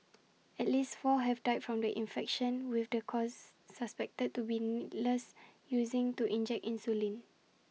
at least four have died from the infection with the cause suspected to be needles using to inject insulin